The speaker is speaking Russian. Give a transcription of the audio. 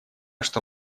что